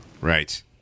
Right